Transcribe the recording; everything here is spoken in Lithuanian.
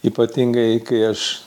ypatingai kai aš